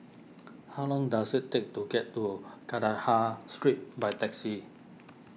how long does it take to get to Kandahar Street by taxi